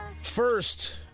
First